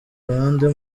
ruhando